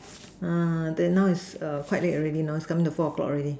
ah then now is err quite late already know it's coming to four o clock already